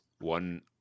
one